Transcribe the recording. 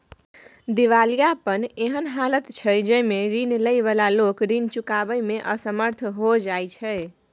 दिवालियापन एहन हालत छइ जइमे रीन लइ बला लोक रीन चुकाबइ में असमर्थ हो जाइ छै